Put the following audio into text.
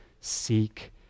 seek